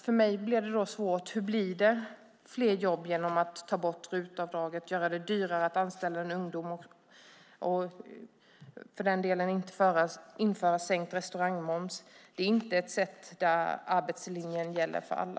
För mig blir det då svårt att förstå hur det blir fler jobb genom att man tar bort RUT-avdraget, genom att man gör det dyrare att anställa en ungdom och genom att man inte inför en sänkt restaurangmoms. Det är inte ett sätt där arbetslinjen gäller för alla.